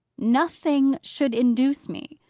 nothing should induce me.